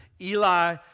Eli